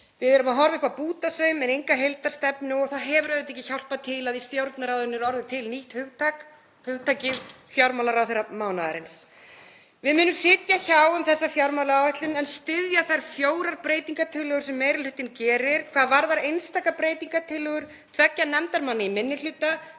Við erum að horfa upp á bútasaum en enga heildarstefnu og það hefur auðvitað ekki hjálpað til að í Stjórnarráðinu er orðið til nýtt hugtak, hugtakið fjármálaráðherra mánaðarins. Við munum sitja hjá um þessa fjármálaáætlun en styðja þær fjórar breytingartillögur sem meiri hlutinn gerir. Hvað varðar einstakar breytingartillögur tveggja nefndarmanna í minni hluta